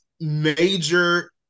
major